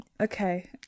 okay